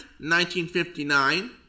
1959